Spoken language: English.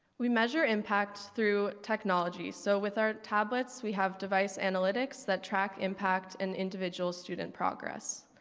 we measure impact through technology. so with our tablets, we have device analytics that track impact in individual student progress.